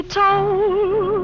told